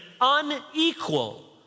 unequal